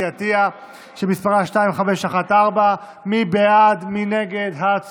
כי הצעת החוק עברה ותועבר להמשך דיון בוועדת העבודה והרווחה.